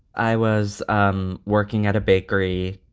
i was um working at a bakery.